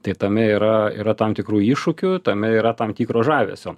tai tame yra yra tam tikrų iššūkių tame yra tam tikro žavesio